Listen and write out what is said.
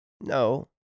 No